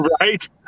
right